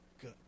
good